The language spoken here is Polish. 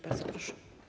Bardzo proszę.